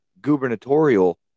gubernatorial